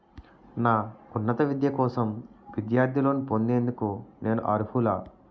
నా ఉన్నత విద్య కోసం విద్యార్థి లోన్ పొందేందుకు నేను అర్హులా?